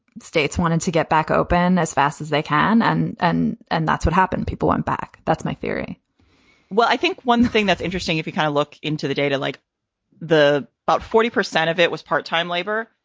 states wanted to get back open as fast as they can. and and and that's what happened. people went back. that's my theory well, i think one thing that's interesting, if you kind of look into the data like the about forty percent of it was part time labor,